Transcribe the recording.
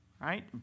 right